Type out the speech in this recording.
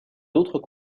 d’autres